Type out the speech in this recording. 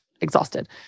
exhausted